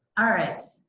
alright,